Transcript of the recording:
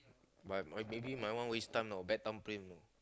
but maybe my one waste time bad time plane